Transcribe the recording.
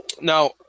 Now